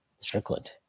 strickland